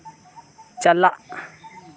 ᱪᱟᱞᱟᱜ